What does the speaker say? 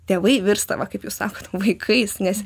tėvai virsta va kaip jūs sakot vaikais nes